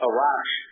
Arash